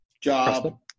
job